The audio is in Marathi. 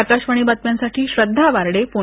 आकाशवाणीच्या बातम्यांसाठी श्रद्धा वार्डे पुणे